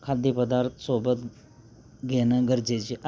खाद्यपदार्थ सोबत घेणं गरजेचे